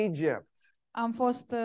Egypt